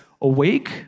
awake